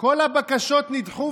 כל הבקשות נדחו.